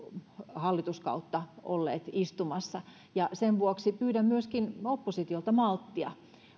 hallituskautta olleet istumassa ja sen vuoksi pyydän myöskin oppositiolta malttia